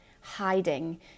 hiding